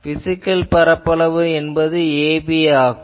physical பரப்பளவு என்பது ab ஆகும்